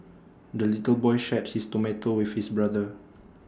the little boy shared his tomato with his brother